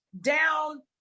down